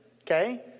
Okay